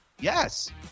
Yes